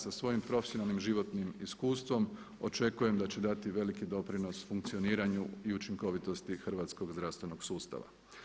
Sa svojim profesionalnim i životnim iskustvom očekujem da će dati veliki doprinos funkcioniranju i učinkovitosti hrvatskog zdravstvenog sustava.